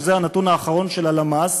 שזה הנתון האחרון של הלמ"ס,